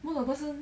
目的不是 bu shi